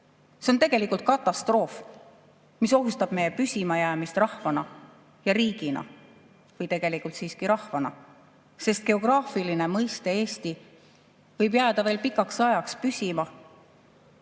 See on tegelikult katastroof, mis ohustab meie püsimajäämist rahvana ja riigina. Tegelikult siiski rahvana, sest geograafiline mõiste "Eesti" võib jääda veel pikaks ajaks püsima,